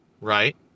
right